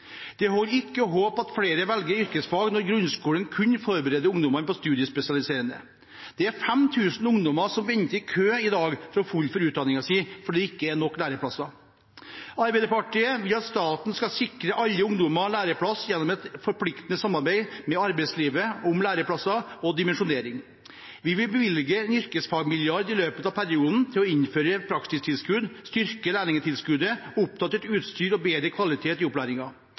Det holder ikke å håpe at flere velger yrkesfag, når grunnskolen kun forbereder ungdommene på studiespesialiserende. Det er 5 000 ungdommer som venter i kø i dag for å få fullført utdanningen sin fordi det ikke er nok læreplasser. Arbeiderpartiet vil at staten skal sikre alle ungdommer læreplass gjennom et forpliktende samarbeid med arbeidslivet om læreplasser og dimensjonering. Vi vil bevilge en yrkesfagmilliard i løpet av perioden til å innføre praksistilskudd, styrke lærlingtilskuddet, oppdatere utstyr og bedre kvaliteten i